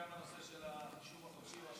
נעבור להצבעה להעביר את הנושא לדיון בוועדת הכלכלה.